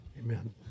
Amen